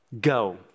Go